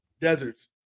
Deserts